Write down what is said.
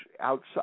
outside